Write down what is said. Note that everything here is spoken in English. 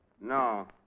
No